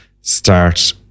start